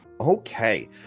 Okay